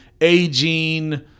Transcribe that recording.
aging